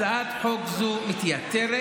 הצעת חוק זו מתייתרת,